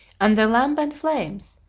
and the lambent flames,